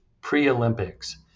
pre-Olympics